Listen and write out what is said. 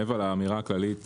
מעבר לאמירה הכללית,